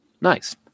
Nice